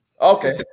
Okay